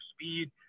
speed